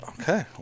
okay